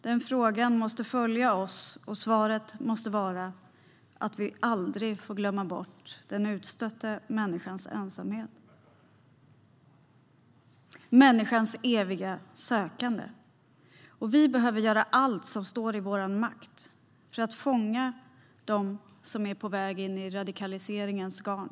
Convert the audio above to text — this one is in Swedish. Den frågan måste följa oss, och svaret måste vara att vi aldrig får glömma bort den utstötta människans ensamhet - människans eviga sökande. Vi behöver göra allt som står i vår makt för att fånga dem som är på väg in i radikaliseringens garn.